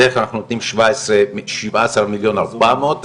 בדרך כלל אנחנו נותנים שבעה עשר מיליון ארבע מאות,